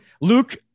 Luke